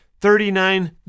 Thirty-nine